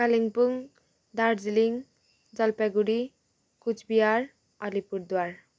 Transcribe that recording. Kalimpong Darjeeling Jalpaiguri Cooch Behar Alipurduar